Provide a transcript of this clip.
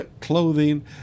clothing